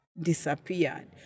disappeared